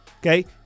Okay